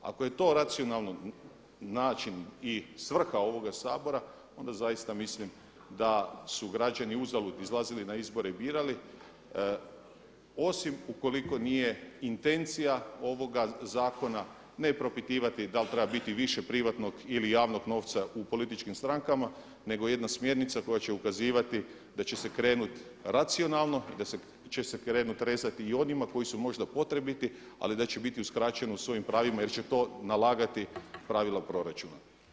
Ako je to racionalno način i svrha ovoga Sabora onda zaista mislim da su građani uzalud izlazili na izbore i birali osim ukoliko nije intencija ovoga zakona ne propitivati da li treba biti više privatnog ili javnog novca u političkim strankama nego jedna smjernica koja će ukazivati da će se krenuti racionalno i da će se krenuti rezati i onima koji su možda potrebiti ali da će biti uskraćeni u svojim pravima jer će to nalagati pravila proračuna.